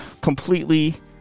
completely